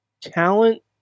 talent